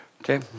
Okay